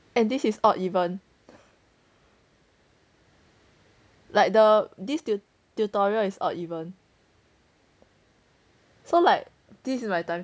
and this is odd even like the this tutorial tutorial is odd even so like this is my timetable